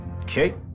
Okay